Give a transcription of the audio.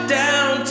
down